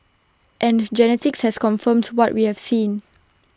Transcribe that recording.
and genetics has confirmed what we have seen